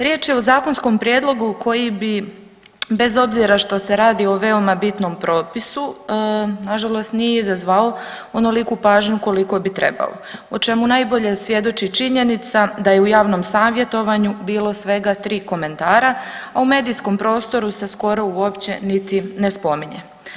Riječ je o zakonskom prijedlogu koji bi bez obzira što se radi o veoma bitnom propisu na žalost nije izazvao onoliku pažnju koliko bi trebalo o čemu najbolje svjedoči činjenica da je u javnom savjetovanju bilo svega tri komentara, a u medijskom prostoru se skoro uopće niti ne spominje.